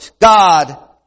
God